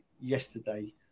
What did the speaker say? yesterday